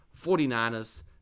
49ers